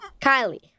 Kylie